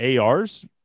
ARs